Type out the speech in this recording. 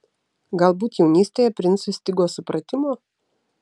galbūt jaunystėje princui stigo supratimo